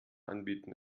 anbieten